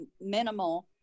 minimal